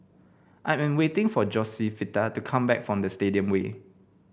I am waiting for Josefita to come back from Stadium Way